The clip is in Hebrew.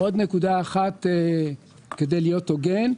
עוד נקודה אחת כדי להיות הוגן.